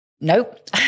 Nope